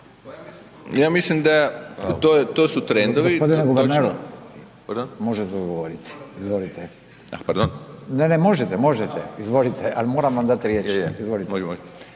Ja mislim da je to su trendovi…